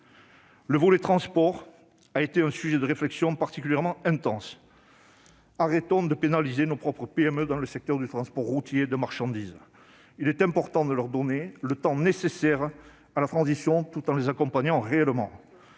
Le volet « transports » a été un sujet de réflexions particulièrement intenses. Arrêtons de pénaliser nos propres PME dans le secteur du transport routier de marchandises : il est important de leur donner le temps nécessaire à la transition tout en les accompagnant réellement.